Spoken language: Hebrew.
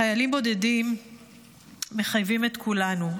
חיילים בודדים מחייבים את כולנו.